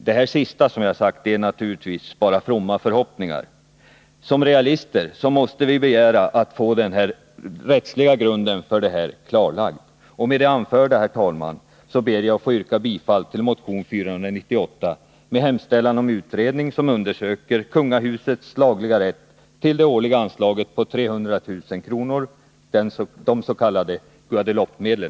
Det sista som jag sagt är naturligtvis bara fromma förhoppningar. Som realister måste vi begära att få den rättsliga grunden klarlagd. Med det anförda, herr talman, ber jag att få yrka bifall till motion 498 med hemställan om en utredning som undersöker kungahusets lagliga rätt till det årliga anslaget på 300 000 kr., de s.k. Guadeloupemedlen.